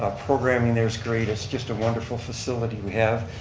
ah programming there is great, it's just a wonderful facility we have.